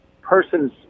person's